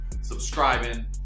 subscribing